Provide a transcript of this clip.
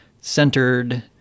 centered